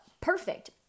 perfect